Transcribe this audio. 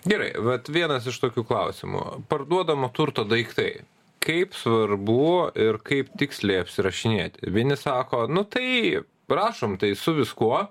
gerai vat vienas iš tokių klausimų parduodamo turto daiktai kaip svarbu ir kaip tiksliai apsirašinėti vieni sako nu tai prašom tai su viskuo